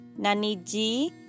Naniji